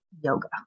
Yoga